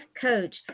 coach